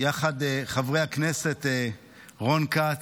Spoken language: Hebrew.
יחד חברי הכנסת רון כץ,